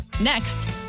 Next